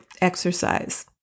exercise